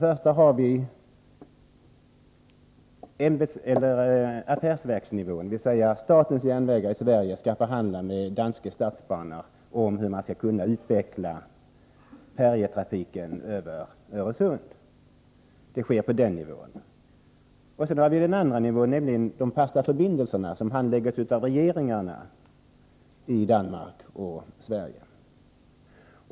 Först har vi affärsverksnivån. Statens järnvägar i Sverige skall förhandla med Danske Statsbaner om hur man skall kunna utveckla färjetrafiken över Öresund. Sedan har vi den andra nivån, nämligen de fasta förbindelserna, som handläggs av regeringarna i Danmark och Sverige.